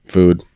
Food